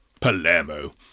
Palermo